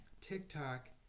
TikTok